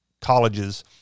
colleges